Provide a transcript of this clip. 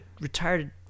retired